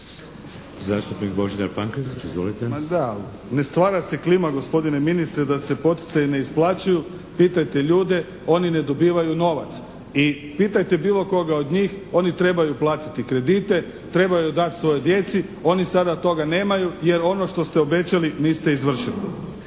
**Pankretić, Božidar (HSS)** Ma da, ne stvara se klima gospodine ministre da se poticaji ne isplaćuju. Pitajte ljude. Oni ne dobivaju novac i pitajte bilo koga od njih oni trebaju platiti kredite, trebaju dati svojoj djeci. Oni sada toga nemaju, jer ono što ste obećali niste izvršili.